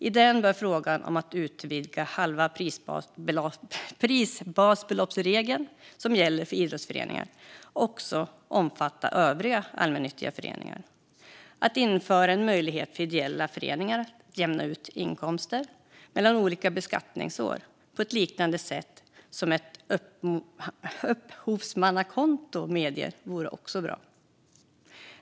I den bör ingå frågan om att utvidga regeln om halvt prisbasbelopp, som gäller för idrottsföreningar, till att också omfatta övriga allmännyttiga föreningar. Att införa en möjlighet för ideella föreningar att jämna ut inkomster mellan olika beskattningsår, på ett liknande sätt som ett upphovsmannakonto medger, vore också bra.